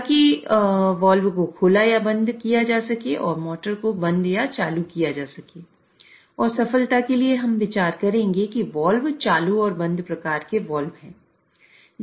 ताकि वाल्व को खोला या बंद किया जा सके और मोटर को बंद या चालू किया जा सके और सफलता के लिए हम विचार करेंगे कि ये वाल्व चालू और बंद प्रकार के वाल्व हैं